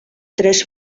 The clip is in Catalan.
tres